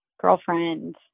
girlfriend